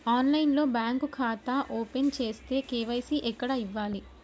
ఆన్లైన్లో బ్యాంకు ఖాతా ఓపెన్ చేస్తే, కే.వై.సి ఎక్కడ ఇవ్వాలి?